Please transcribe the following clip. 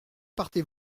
partez